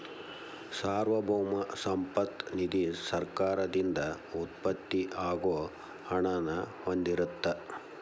ಸಾರ್ವಭೌಮ ಸಂಪತ್ತ ನಿಧಿ ಸರ್ಕಾರದಿಂದ ಉತ್ಪತ್ತಿ ಆಗೋ ಹಣನ ಹೊಂದಿರತ್ತ